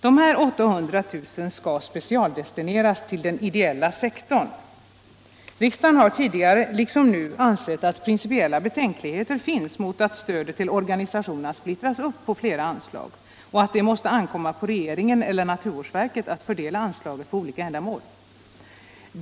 Dessa 800 000 kr. skall specialdestineras till den ideella sektorn. Riksdagen har tidigare liksom nu ansett att principiella betänkligheter finns mot att stödet till organisationerna splittras upp på flera anslag och att det måste ankomma på regeringen eller naturvårdsverket att fördela anslaget på olika ändamål.